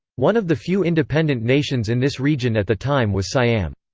one of the few independent nations in this region at the time was siam.